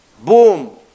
Boom